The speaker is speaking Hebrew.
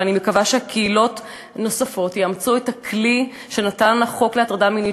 אני מקווה שקהילות נוספות יאמצו את הכלי שנתן החוק להטרדה מינית,